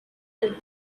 del